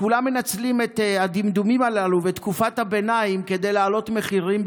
כולם מנצלים את הדמדומים הללו ואת תקופת הביניים כדי להעלות מחירים,